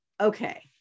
okay